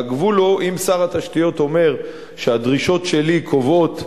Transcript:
והגבול הוא אם שר התשתיות אומר שהדרישות שלי קובעות,